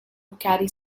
carry